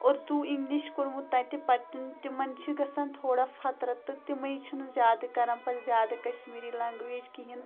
Urdu English کوٚرمُت تَتہِ پَتہٕ تِمَن چھِ گژھان تھوڑا فترت تہٕ تِمے چھِنہٕ زیادٕ کَران پَتہٕ زیادٕ کَشمیٖری لَنٛگویج کِہیٖنۍ